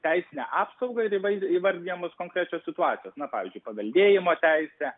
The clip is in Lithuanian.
teisinę apsaugą ir įvai įvardijamos konkrečios situacijos pavyzdžiui paveldėjimo teisė